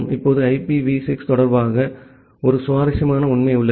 இப்போது IPv6 தொடர்பாக ஒரு சுவாரஸ்யமான உண்மை உள்ளது